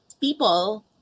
people